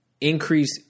increase